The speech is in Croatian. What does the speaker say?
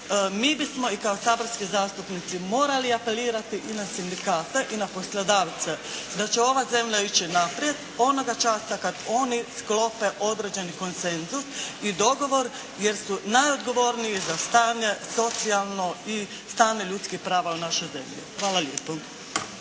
Mi bismo i kao saborski zastupnici morali apelirati i na sindikate i na poslodavce da će ova zemlja ići naprijed onoga časa kad oni sklope određeni konsenzus i dogovor jer su najodgovorniji za stanje socijalno i stanje ljudskih prava u našoj zemlji. Hvala lijepo.